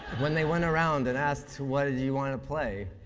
when they went around and asked what did you want to play,